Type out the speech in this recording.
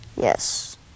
Yes